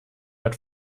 hat